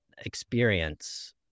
experience